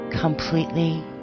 completely